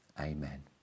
Amen